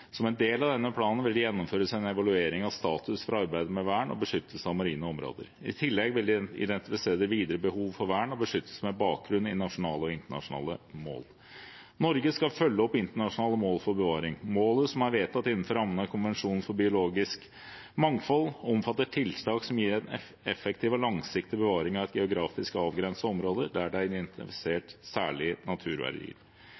Som en del av denne planen vil det gjennomføres en evaluering av status for arbeidet med vern og beskyttelse av marine områder. I tillegg vil det identifisere det videre behov for vern og beskyttelse, med bakgrunn i nasjonale og internasjonale mål. Norge skal følge opp internasjonale mål for bevaring. Målet, som er vedtatt innenfor rammene av Konvensjonen for biologisk mangfold, omfatter tiltak som gir en effektiv og langsiktig bevaring av et geografisk avgrenset område der det er